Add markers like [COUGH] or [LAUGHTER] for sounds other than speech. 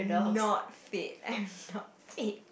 not fit [LAUGHS] I'm not fit